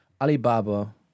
Alibaba